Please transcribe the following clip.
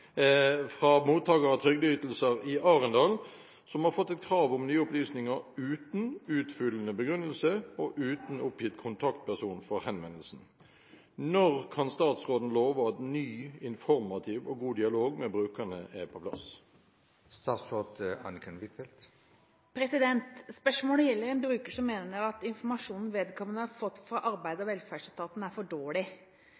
fra mottager av trygdeytelser i Arendal som har fått et krav om nye opplysninger uten utfyllende begrunnelse og uten oppgitt kontaktperson for henvendelsen. Når kan statsråden love at ny informativ og god dialog med brukerne er på plass?» Spørsmålet gjelder en bruker som mener at informasjonen vedkommende har fått fra